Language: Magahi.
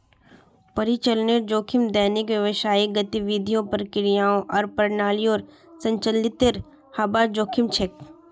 परिचालनेर जोखिम दैनिक व्यावसायिक गतिविधियों, प्रक्रियाओं आर प्रणालियोंर संचालीतेर हबार जोखिम छेक